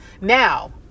Now